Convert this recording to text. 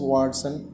Watson